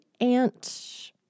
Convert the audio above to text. aunt